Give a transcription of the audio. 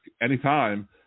anytime